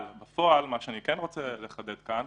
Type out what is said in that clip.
אבל בפועל מה שאני רוצה לחדד כאן